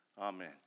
Amen